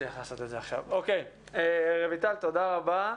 תודה רבה.